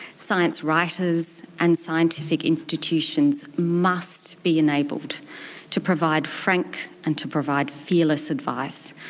science writers and scientific institutions must be enabled to provide frank and to provide fearless advice,